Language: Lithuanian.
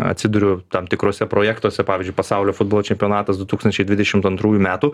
atsiduriu tam tikruose projektuose pavyzdžiui pasaulio futbolo čempionatas du tūkstančiai dvidešimt antrųjų metų